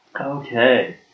Okay